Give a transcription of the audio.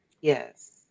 Yes